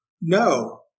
no